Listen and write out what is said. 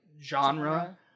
genre